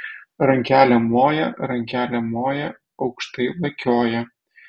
rankelėm moja rankelėm moja aukštai lakioja